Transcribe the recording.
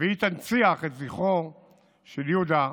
והיא תנציח את זכרו של יהודה,